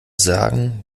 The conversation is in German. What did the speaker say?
sagen